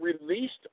released